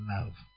Love